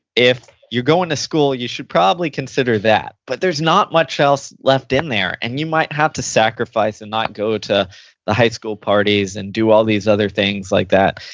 if you're going to school, you should probably consider that. but there's not much else left in there, and you might have to sacrifice and not go to the high school parties and do all these other things like that.